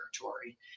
territory